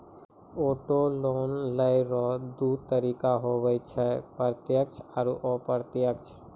auto loan लेय रो दू तरीका हुवै छै प्रत्यक्ष आरू अप्रत्यक्ष